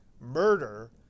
murder